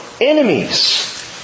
enemies